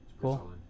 Cool